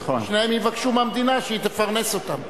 ושניהם יבקשו מהמדינה שהיא תפרנס אותם.